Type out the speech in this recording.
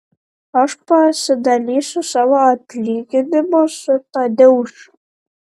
aš pasidalysiu savo atlyginimu su tadeušu